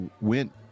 went